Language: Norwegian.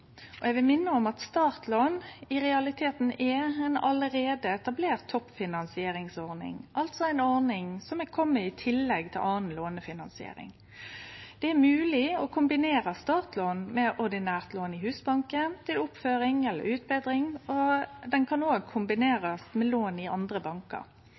og eg vil minne om at startlån i realiteten er ei allereie etablert toppfinansieringsordning, altså ei ordning som er komen i tillegg til anna lånefinansiering. Det er mogleg å kombinere startlån med ordinært lån i Husbanken, til oppføring eller utbetring, og det kan òg kombinerast med lån i andre